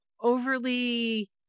overly